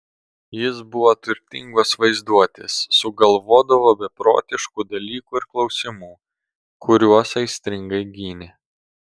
jis buvo turtingos vaizduotės sugalvodavo beprotiškų dalykų ir klausimų kuriuos aistringai gynė